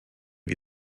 wie